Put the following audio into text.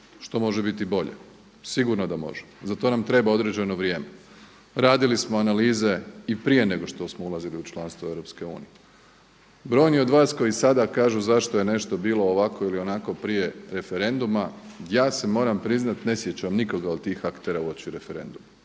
što može biti bolje. Sigurno da može, za to nam treba određeno vrijeme. Radili smo analize i prije nego što smo ulazili u članstvo Europske unije. Brojni od vas koji sada kažu zašto je nešto bilo ovako ili onako prije referenduma ja se moram priznati ne sjećam nikoga od tih aktera uoči referenduma